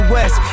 West